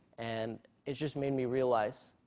and it's just made me realize